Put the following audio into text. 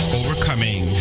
overcoming